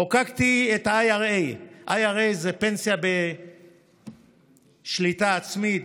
חוקקתי את IRA. IRA זאת פנסיה בשליטה עצמית,